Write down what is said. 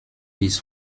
bis